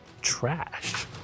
trash